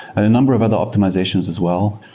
a number of other optimizations as well,